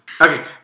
Okay